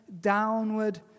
downward